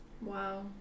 wow